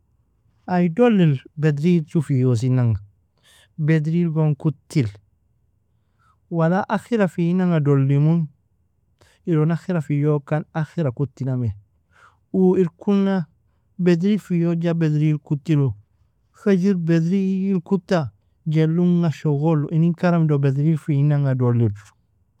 Ay dollil bedril ju fiyosinanga, bedril gon kutil, wala akhira fiyinanga dollimun, irun akhira fiyokan akhira kutiname. Uu irkuna bedril fiyoja bedril kutilu, fejir bedril kuta jelle unga shogolu, inin karamido bedril fiyinanga dolliru.